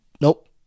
nope